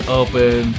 open